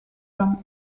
from